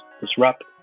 disrupt